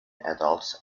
adults